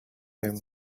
him